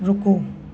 रुको